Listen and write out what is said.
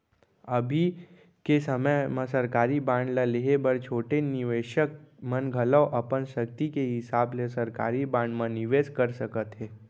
अभी के समे म सरकारी बांड ल लेहे बर छोटे निवेसक मन घलौ अपन सक्ति के हिसाब ले सरकारी बांड म निवेस कर सकत हें